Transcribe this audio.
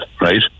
right